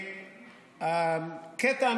הקטע,